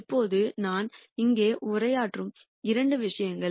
இப்போது நான் இங்கே உரையாற்றும் இரண்டு விஷயங்கள்